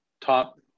top